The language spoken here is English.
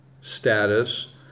status